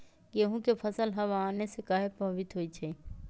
गेंहू के फसल हव आने से काहे पभवित होई छई?